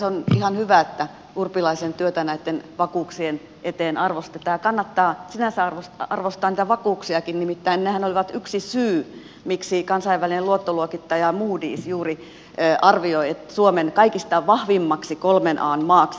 on ihan hyvä että ministeri urpilaisen työtä näitten vakuuksien eteen arvostetaan ja kannattaa sinänsä arvostaa niitä vakuuksiakin nimittäin nehän olivat yksi syy miksi kansainvälinen luottoluokittaja moodys juuri arvioi suomen kaikista vahvimmaksi kolmen an maaksi